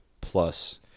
plus